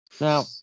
Now